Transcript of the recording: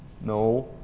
No